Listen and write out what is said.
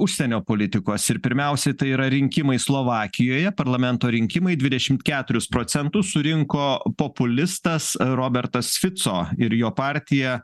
užsienio politikos ir pirmiausia tai yra rinkimai slovakijoje parlamento rinkimai dvidešimt keturis procentus surinko populistas robertas fico ir jo partija